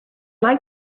like